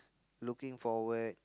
looking forward